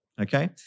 Okay